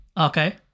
Okay